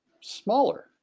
smaller